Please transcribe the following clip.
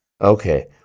Okay